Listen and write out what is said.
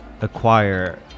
acquire